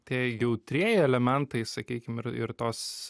tie jautrieji elementai sakykim ir ir tos